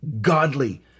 godly